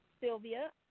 Sylvia